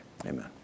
Amen